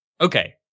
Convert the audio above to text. Okay